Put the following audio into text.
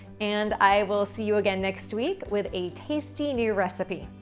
and i will see you again next week with a tasty new recipe.